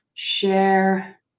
Share